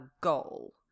goal